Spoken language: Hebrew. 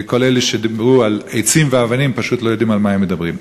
כל אלה שדיברו על עצים ואבנים פשוט לא יודעים על מה הם מדברים.